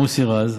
מוסי רז,